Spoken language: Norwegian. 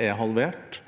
er halvert,